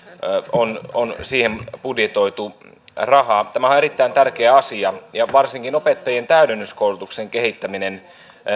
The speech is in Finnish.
on on siihen budjetoitu rahaa tämä on erittäin tärkeä asia ja varsinkin opettajien täydennyskoulutuksen kehittäminen